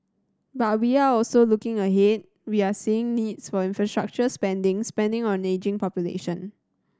but we are also looking ahead we are seeing needs for infrastructure spending spending on ageing population